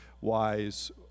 wise